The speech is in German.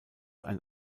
ein